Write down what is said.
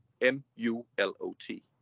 M-U-L-O-T